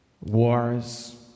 Wars